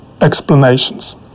explanations